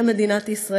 בשם מדינת ישראל,